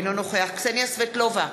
אינו נוכח קסניה סבטלובה,